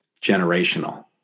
generational